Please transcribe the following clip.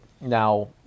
now